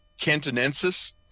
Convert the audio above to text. cantonensis